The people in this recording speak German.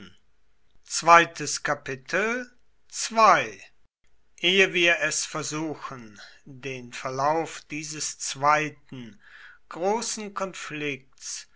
ehe wir es versuchen den verlauf dieses zweiten großen konflikts